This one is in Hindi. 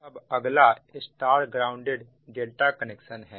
अब अगला Y ग्राउंडेड कनेक्शन है